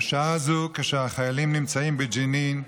בשעה זו, כשהחיילים נמצאים בג'נין,